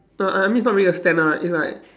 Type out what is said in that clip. no I mean it's not really a stand ah it's like